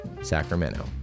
Sacramento